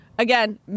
Again